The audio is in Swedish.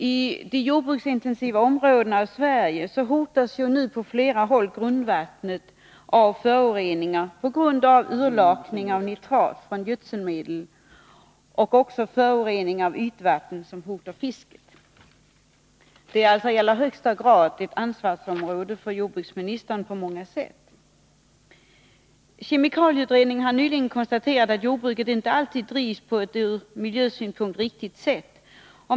I de jordbruksintensiva områdena i Sverige hotas nu på flera håll grundvattnet av föroreningar på grund av utlakning av nitrat från gödselmedel, och föroreningen av ytvattnet hotar fisket. Det är alltså i allra högsta grad jordbruksministerns ansvarsområde på många sätt. Kemikalieutredningen har nyligen konstaterat att jordbruket inte alltid drivs på ett ur miljösynpunkt riktigt sätt.